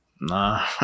Nah